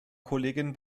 kollegin